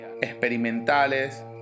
Experimentales